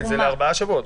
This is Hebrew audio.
כן, זה ארבעה שבועות.